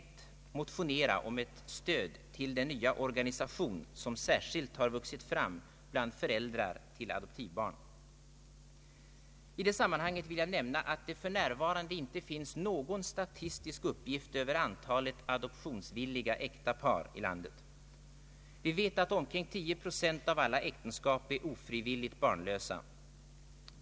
Det är också angeläget att opinionsmässigt underlag skapas för förebyggande åtgärder, bl.a. därför att dessa kan visa sig vara mycket kostsamma. Jag har alltså en rakt motsatt uppfattning mot fröken Mattsons.